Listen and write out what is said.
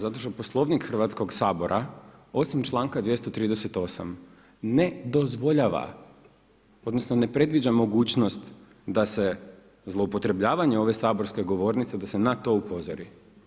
Zato što Poslovnik Hrvatskog sabora osim članka 238. ne dozvoljava odnosno ne predviđa mogućnost da se zloupotrebljavanje ove saborske govornice da se na to upozori.